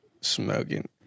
smoking